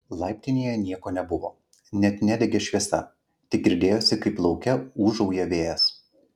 laiptinėje nieko nebuvo net nedegė šviesa tik girdėjosi kaip lauke ūžauja vėjas